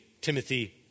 Timothy